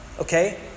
Okay